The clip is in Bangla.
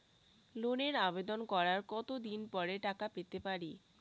লোনের আবেদন করার কত দিন পরে টাকা পেতে পারি?